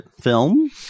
film